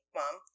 mom